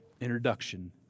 introduction